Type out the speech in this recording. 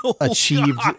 achieved